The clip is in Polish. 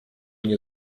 nie